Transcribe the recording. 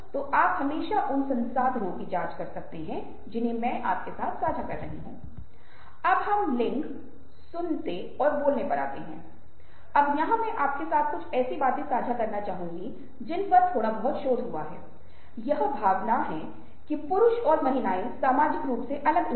एक बार जब आप इस पर महारत हासिल कर लेते हैं तो आप कदम बढ़ाते हैं जब आप कहते हैं कि मेरे दोस्तों को खुश होने दें उन्हें सफल होने दें उनके साथ सब कुछ अच्छा हो ताकि सहानुभूति की दिशा में यह पहला कदम होगा और अगर आप कहे जाने वाले चरणों की श्रृंखला देख रहे हैं तो वह पहला या दूसरा स्थान होगा